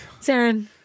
Saren